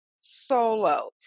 Solo